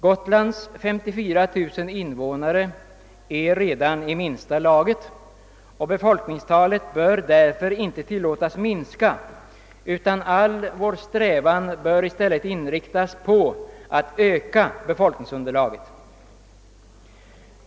Gotlands 54 000 invånare är redan i minsta laget, och befolkningstalet bör därför inte tillåtas minska utan all vår strävan bör i stället inriktas på att öka befolkningsunderlaget.